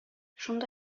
шунда